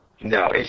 No